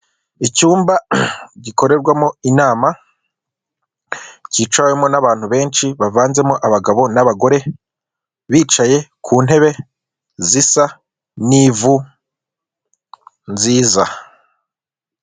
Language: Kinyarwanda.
Icyumba gikorerwamo inama, cyicawemo n'abantu benshi bavanzemo abagabo n'abagore, bicaye ku ntebe zisa n'ivu nziza.